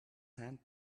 hand